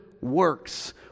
works